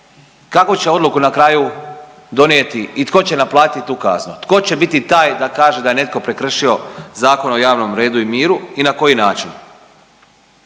kakvu će odluku na kraju donijeti i tko će naplatiti tu kaznu? Tko će biti taj da kaže da je netko prekršio zakon o javnom redu i miru i na koji način?